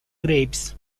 grapes